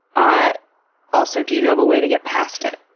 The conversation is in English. ah also, do you know of a way to get past it?